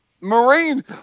Marine